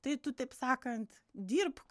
tai tu taip sakant dirbk